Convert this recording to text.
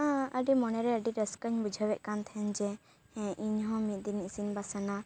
ᱟᱹᱰᱤ ᱢᱚᱱᱮᱨᱮ ᱟᱹᱰᱤ ᱨᱟᱹᱥᱠᱟᱹᱧ ᱵᱩᱡᱷᱟᱣ ᱮᱫ ᱠᱟᱱ ᱛᱟᱦᱮᱱ ᱡᱮ ᱦᱮᱸ ᱤᱧ ᱦᱚᱸ ᱢᱤᱫ ᱫᱤᱱ ᱤᱥᱤᱱ ᱵᱟᱥᱟᱱᱟ